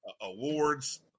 Awards